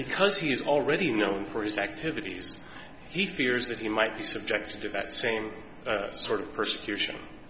because he is already known for his activities he fears that he might be subjected to that same sort of persecution